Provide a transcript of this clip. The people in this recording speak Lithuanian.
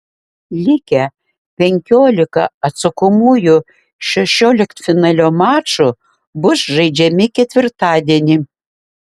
likę penkiolika atsakomųjų šešioliktfinalio mačų bus žaidžiami ketvirtadienį